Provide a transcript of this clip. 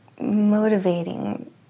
motivating